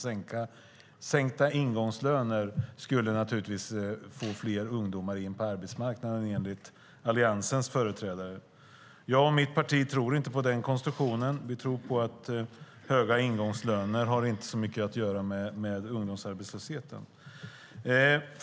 Sänkta ingångslöner skulle naturligtvis få fler ungdomar in på arbetsmarknaden, enligt Alliansens företrädare. Jag och mitt parti tror inte på den konstruktionen. Vi tror inte på att höga ingångslöner har så mycket att göra med ungdomsarbetslösheten.